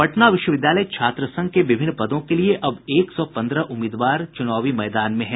पटना विश्वविद्यालय छात्र संघ के विभिन्न पदों के लिए अब एक सौ पन्द्रह उम्मीदवार चुनावी मैदान में हैं